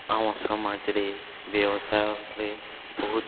ଆମ ସମାଜରେ ବ୍ୟବସାୟରେ ବହୁତ